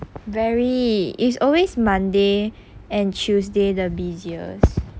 very it's always monday and tuesday the busiest